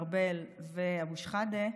ארבל ואבו שחאדה,